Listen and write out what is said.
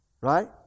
Right